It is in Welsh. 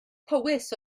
powys